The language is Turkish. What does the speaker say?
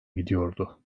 gidiyordu